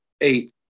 eight